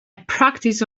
practice